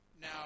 now